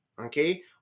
Okay